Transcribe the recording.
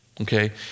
Okay